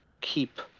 keep